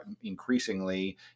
increasingly